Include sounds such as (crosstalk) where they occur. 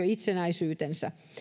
(unintelligible) itsenäisyytensä